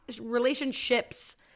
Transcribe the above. relationships